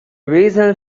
reason